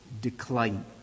decline